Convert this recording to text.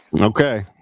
Okay